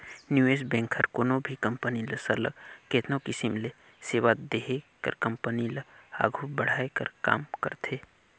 निवेस बेंक हर कोनो भी कंपनी ल सरलग केतनो किसिम ले सेवा देहे कर कंपनी ल आघु बढ़ाए कर काम करथे